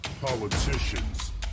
Politicians